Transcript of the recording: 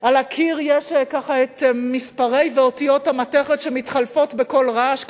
על הקיר יש המספרים ואותיות המתכת שמתחלפות בקול רעש,